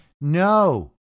No